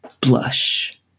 blush